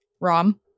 Rom